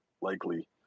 likely